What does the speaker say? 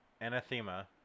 Anathema